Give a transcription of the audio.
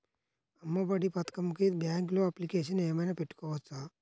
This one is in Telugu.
అమ్మ ఒడి పథకంకి బ్యాంకులో అప్లికేషన్ ఏమైనా పెట్టుకోవచ్చా?